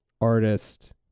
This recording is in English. artist